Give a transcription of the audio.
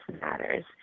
matters